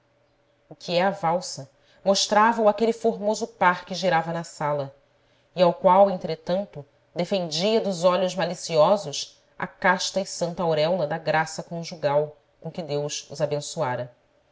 o que é a valsa mostrava o aquele formoso par que girava na sala e ao qual entretanto defendia dos olhos maliciosos a casta e santa auréola da graça conjugal com que deus os abençoara